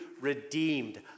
redeemed